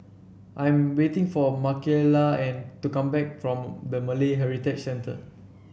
I'm waiting for Makaila and to come back from the Malay Heritage Centre